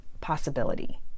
possibility